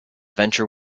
venture